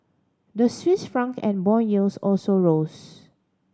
the Swiss franc and bond yields also rose